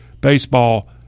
baseball